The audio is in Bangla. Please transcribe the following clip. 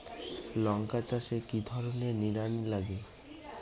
লঙ্কা চাষে কি ধরনের নিড়ানি লাগে?